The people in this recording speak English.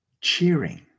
cheering